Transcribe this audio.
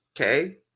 Okay